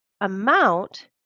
amount